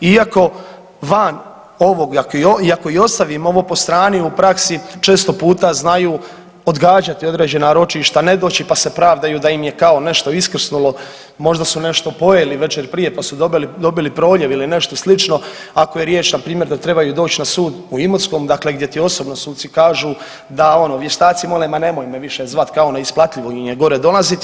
Iako van ovog, iako i ostavimo ovo po strani u praksi često puta znaju odgađati određena ročišta pa se pravdaju da im je kao nešto iskrsnulo, možda su nešto pojeli večer prije pa su dobili proljev ili nešto slično ako je riječ na primjer da trebaju doći na sud u Imotskom dakle gdje ti osobno suci kažu da ono vještaci mole ma nemoj me više zvati, kao neisplativo im je gore dolaziti.